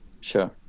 Sure